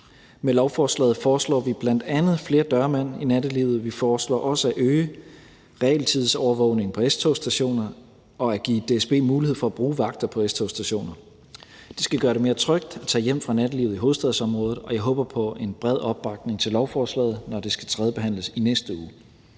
Med lovforslaget foreslår vi bl.a. flere dørmænd i nattelivet. Vi foreslår også at øge realtidsovervågning på S-togsstationer og at give DSB mulighed for at bruge vagter på S-togsstationer. Det skal gøre det mere trygt at tage hjem fra nattelivet i hovedstadsområdet, og jeg håber på en bred opbakning til lovforslaget, når det skal tredjebehandles i næste uge.